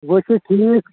وۄنۍ چھِ ٹھیک